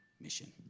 mission